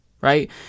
right